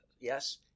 yes